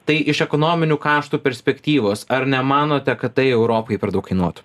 tai iš ekonominių krašto perspektyvos ar nemanote kad tai europai per daug kainuotų